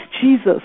Jesus